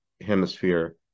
hemisphere